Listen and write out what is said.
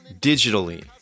digitally